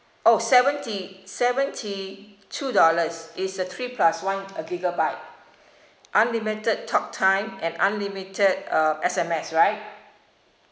oh seventy seventy two dollars is uh three plus one uh gigabyte unlimited talktime and unlimited uh S_M_S right